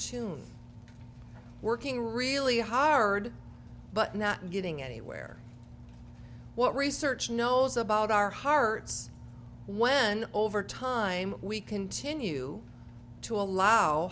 tune working really hard but not getting anywhere what research knows about our hearts when over time we continue to allow